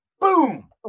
Boom